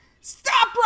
Stop